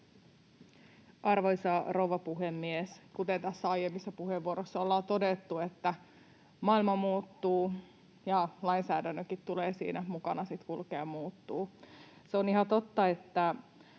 Arvoisa rouva puhemies! Kuten tässä aiemmissa puheenvuoroissa ollaan todettu, maailma muuttuu ja lainsäädännönkin tulee siinä mukana sitten kulkea ja muuttua. Se on ihan totta, että